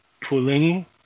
pulling